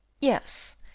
yes